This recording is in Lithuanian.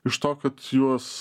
iš to kad juos